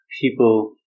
People